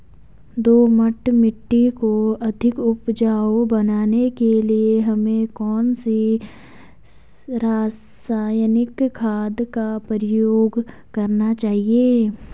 दोमट मिट्टी को अधिक उपजाऊ बनाने के लिए हमें कौन सी रासायनिक खाद का प्रयोग करना चाहिए?